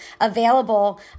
available